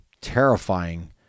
terrifying